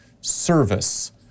service